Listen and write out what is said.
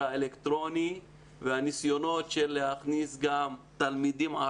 האלקטרוני והניסיונות להכניס גם תלמידים.